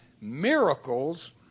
Miracles